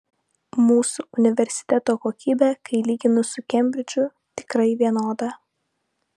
mūsų universiteto kokybė kai lyginu su kembridžu tikrai vienoda